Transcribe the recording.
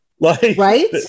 Right